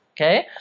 okay